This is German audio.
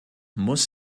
muss